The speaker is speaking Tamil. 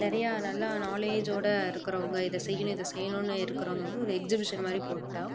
நிறைய நல்லா நாலேஜோடு இருக்கிறவங்க இதை செய்யணும் இதை செய்யணும்னு இருக்கிறவங்க வந்து ஒரு எக்ஜிபிஷன் மாதிரி போட்டால்